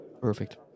Perfect